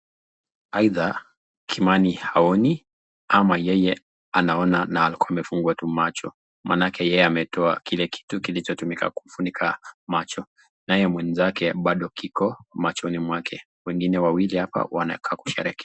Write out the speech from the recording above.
Aidha Kimani haoni ama yeye anaona na alikuwa amefungwa tu macho maanake yeye ametoa kile kitu kilichotumika kumfunika macho. Naye mwenzake bado kiko machoni mwake, wengine wawili hapa wanakaa kusherehekea.